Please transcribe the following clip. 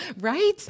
Right